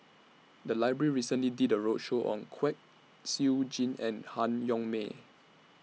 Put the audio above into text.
The Library recently did A roadshow on Kwek Siew Jin and Han Yong May